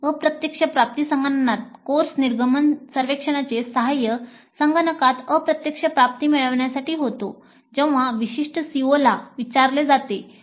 अप्रत्यक्ष प्राप्ती संगणकात कोर्स निर्गमन सर्वेक्षणांचे साहाय्य संगणकात अप्रत्यक्ष प्राप्ती मिळविण्यासाठी होतो जेंव्हा विशिष्ट COला विचारले जाते